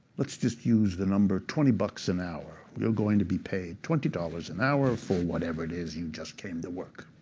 let's just use the number twenty dollars an hour. you're going to be paid twenty dollars an hour for whatever it is you just came to work.